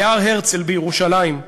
בהר-הרצל בירושלים,